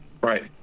Right